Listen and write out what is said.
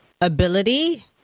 ability